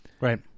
Right